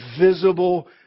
visible